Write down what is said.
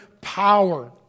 power